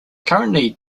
currently